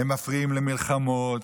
הם מפריעים למלחמות,